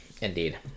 Indeed